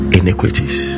iniquities